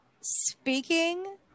Speaking